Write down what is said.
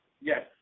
Yes